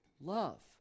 love